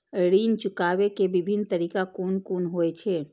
ऋण चुकाबे के विभिन्न तरीका कुन कुन होय छे?